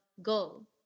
go